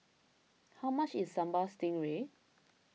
how much is Sambal Stingray